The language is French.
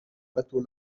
bateau